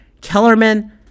Kellerman